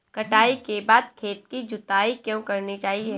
कटाई के बाद खेत की जुताई क्यो करनी चाहिए?